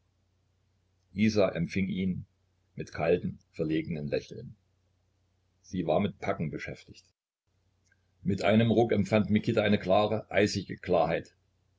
isa empfing ihn mit kaltem verlegenem lächeln sie war mit packen beschäftigt mit einem ruck empfand mikita eine klare eisige klarheit